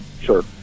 Sure